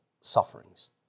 sufferings